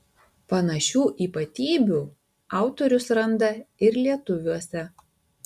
panašių ypatybių autorius randa ir lietuviuose